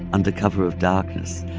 under cover of darkness.